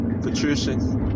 Patricia